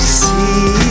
see